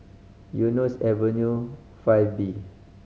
Eunos Avenue Five B